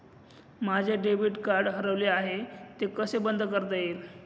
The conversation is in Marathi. माझे डेबिट कार्ड हरवले आहे ते कसे बंद करता येईल?